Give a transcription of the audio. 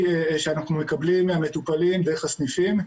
שאנחנו מקבלים מהמטופלים דרך הסניפים,